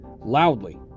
loudly